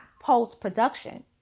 post-production